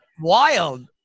Wild